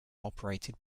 operated